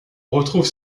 retrouve